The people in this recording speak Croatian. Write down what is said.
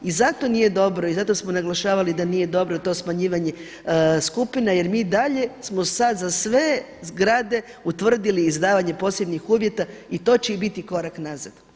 I zato nije dobro i zato smo naglašavali da nije dobro to smanjivanje skupine jer mi i dalje smo sada za sve zgrade utvrdili izdavanje posebnih uvjeta i to će biti korak nazad.